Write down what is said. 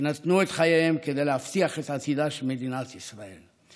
שנתנו את חייהם כדי להבטיח את עתידה של מדינת ישראל.